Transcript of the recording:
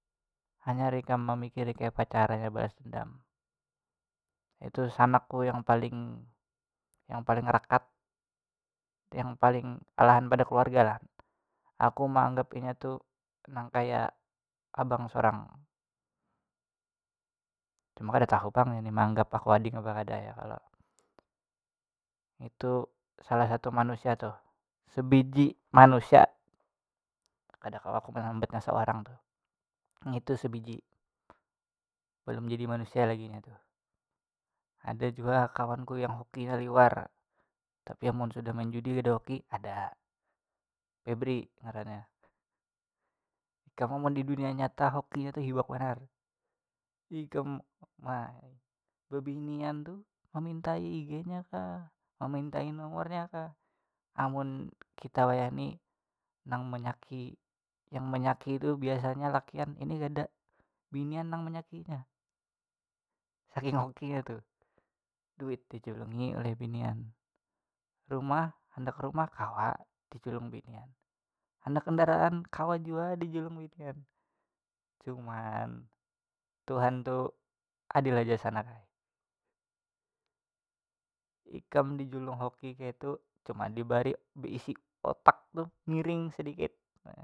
Hanyar ikam mamikiri kayapa caranya balas dendam itu sanakku yang paling yang paling rakat yang paling alahan pada keluarga lah, aku maanggap inya tu nang kaya abang sorang cuma inya kada tahu pang meanggap aku ading atau kada ya kalo, ngitu salah satu manusia tuh sabiji manusia kada kawa aku menyambatnya seorang tuh, ngitu sabiji balum jadi manusia inya tuh, ada jua kawanku yang hokinya liwar tapi amun sudah main judi kada hoki ada, febry ngarannya ikam amun di dunia nyata hokinya tu hibak banar ikam ma- eh babinian tuh memintai ignya kah, memintai nomornya kah, amun kita wayahni nang manyaki, yang menyaki tu biasanya lakian, ini kada binian yang menyaki inya saking hokinya tu duit dijulungi oleh binian, rumah handak rumah kawa dijulung binian, handak kandaraan kawa jua dijulung binian, cuman tuhan tu adil aja sanak ai ikam dijulung hoki kayatu cuma dibari beisi otak tuh miring sadikit nah.